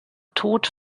tod